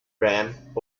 ramp